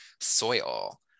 soil